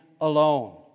alone